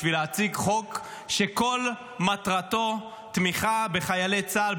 בשביל להציג חוק שכל מטרתו תמיכה בחיילי צה"ל,